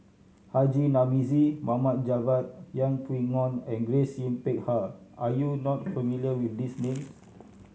Haji Namazie Mohd Javad Yeng Pway Ngon and Grace Yin Peck Ha are you not familiar with these names